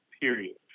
period